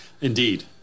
Indeed